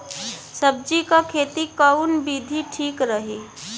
सब्जी क खेती कऊन विधि ठीक रही?